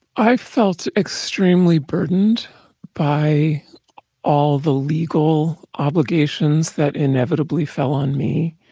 i felt extremely burdened by all the legal obligations that inevitably fell on me.